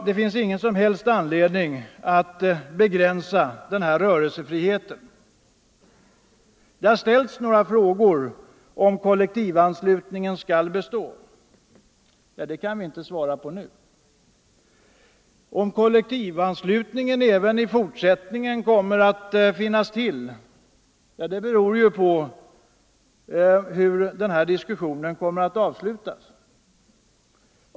Det finns ingen som helst anledning: att begränsa den rörelsefriheten. Frågan har ställts, om kollektivanslutningen skall bestå. Det kan vi inte svara på nu. Om kollektivanslutningen kommer att finnas kvar beror ju på hur den här diskussionen avslutas.